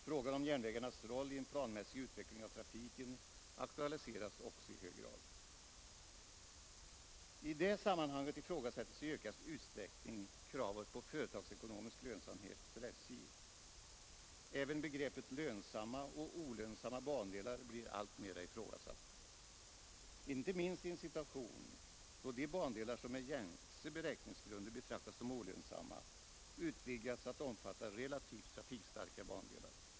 Frågan om järnvägarnas roll i en planmässig utveckling av trafiken aktualiseras också i hög grad. I detta sammanhang ifrågasättes i ökad utsträckning kravet på företagsekonomisk lönsamhet för SJ. Även begreppet ”lönsamma och olönsamma bandelar” blir alltmer ifrågasatt, inte minst i en situation då de bandelar som med gängse beräkningsgrunder betraktas som ”olönsamma” utvidgas att omfatta relativt trafikstarka bandelar.